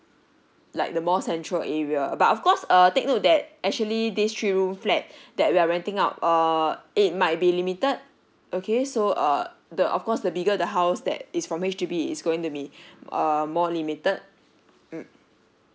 like the more central area but of course err take note that actually these three room flat that we are renting out err it might be limited okay so err the of course the bigger the house that is from H_D_B is going to be err more limited mm